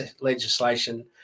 legislation